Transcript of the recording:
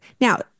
Now